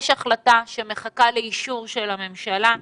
יש החלטה שמחכה לאישור של הממשלה.